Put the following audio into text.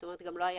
גם לא היה